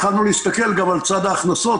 התחלנו להסתכל גם על צד ההכנסות,